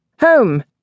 Home